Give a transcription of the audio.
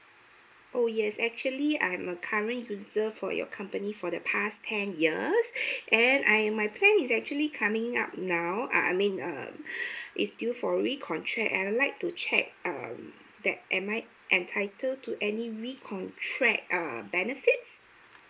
oh yes actually I'm a current user for your company for the past ten years and I my plan is actually coming up now uh I mean uh it's due for recontract I'd like to check um that am I entitled to any recontract err benefits